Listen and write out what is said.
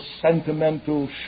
sentimental